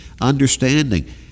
understanding